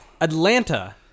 Atlanta